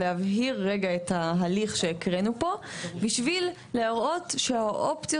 להסביר את ההליך שהקראנו פה בשביל להראות שהאופציות